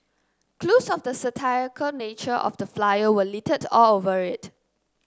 clues of the satirical nature of the flyer were littered all over it